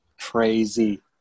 Crazy